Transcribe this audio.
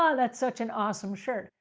ah that's such an awesome shirt.